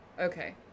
Okay